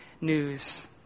news